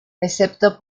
excepto